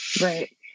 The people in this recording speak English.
Right